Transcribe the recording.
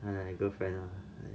!hais! girlfriend lah